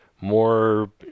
more